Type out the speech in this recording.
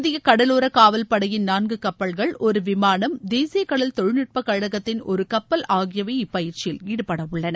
இந்திய கடலோர காவல் படையின் நான்கு கப்பல்கள் ஒரு விமானம் தேசிய கடல் தொழில்நுட்ப கழகத்தின் ஒரு கப்பல் ஆகியவை இப்பயிற்சியில் ஈடுபட உள்ளன